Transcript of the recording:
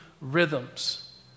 rhythms